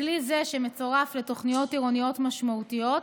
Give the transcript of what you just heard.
בכלי זה, שמצורף לתוכניות עירוניות משמעותיות,